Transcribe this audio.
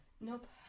Nope